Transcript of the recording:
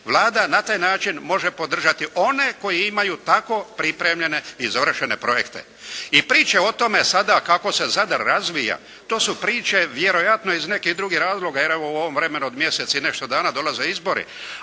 Vlada na taj način može podržati one koji imaju tako pripremljene i završene projekte. I priče o tome sada kako se Zadar razvija to su priče vjerojatno iz nekih drugih razloga, jer evo u ovom vremenu od mjesec i nešto dana dolaze izbori.